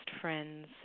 friends